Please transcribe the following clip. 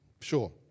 Sure